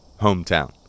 hometown